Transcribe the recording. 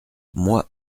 moi